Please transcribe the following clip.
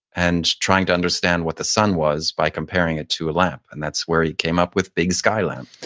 and trying to understand what the sun was by comparing it to a lamp. and that's where he came up with big sky lamp